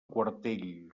quartell